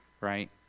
Right